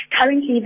currently